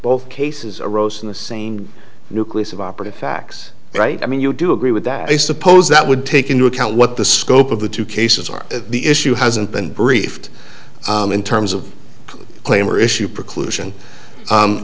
both cases arose in the same nucleus of operative facts right i mean you do agree with that i suppose that would take into account what the scope of the two cases are the issue hasn't been briefed in terms of claim or issue preclu